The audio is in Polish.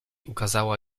ukazała